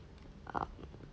um